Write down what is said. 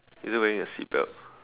is it wearing a seatbelt